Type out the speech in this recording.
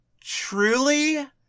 truly